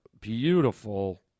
beautiful